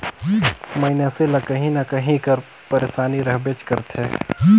मइनसे ल काहीं न काहीं कर पइरसानी रहबेच करथे